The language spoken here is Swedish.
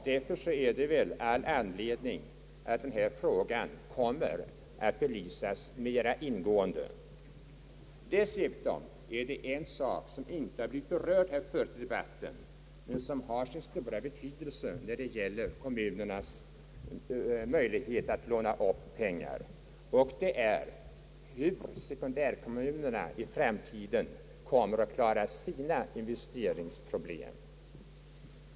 Därför är det all anledning att den här frågan kommer att belysas mera ingående genom en utredning. Dessutom är det en sak, som inte har blivit berörd förut i debatten, men som har sin stora betydelse när det gäller kommunernas möjlighet att låna upp pengar. Det är frågan hur sekundärkommunerna i framtiden kommer att klara sina investeringsproblem.